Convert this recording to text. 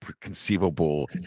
conceivable